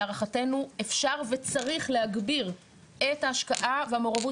להערכתנו אפשר וצריך להגביר את ההשקעה והמעורבות